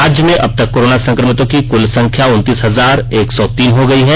राज्य में अब तक कोरोना संक्रमितों की कुल संख्या उन्नतीस हजार एक सौ तीन हो गयी है